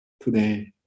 Today